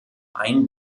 ein